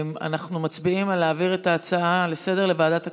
אנחנו מצביעים על להעביר את ההצעה לסדר-היום לוועדת הכספים.